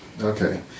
Okay